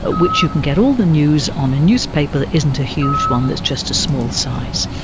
ah which you can get all the news on a newspaper that isn't a huge one, it's just a small size.